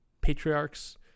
patriarchs